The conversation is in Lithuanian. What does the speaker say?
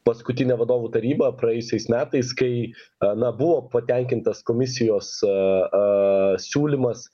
paskutinė vadovų taryba praėjusiais metais kai a na buvo patenkintas komisijos a a siūlymas